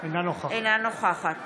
אינה נוכחת